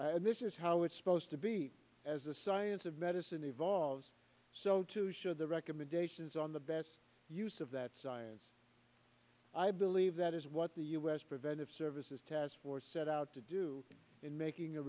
and this is how it's supposed to be as the science of medicine evolves so to show the recommendations on the best use of that science i believe that is what the u s preventive services task force set out to do in making a